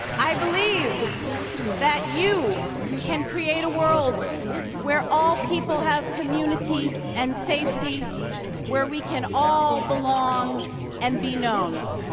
i believe that you can create a world where all people have community and safety where we can all belong and be known.